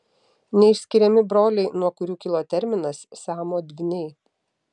neišskiriami broliai nuo kurių kilo terminas siamo dvyniai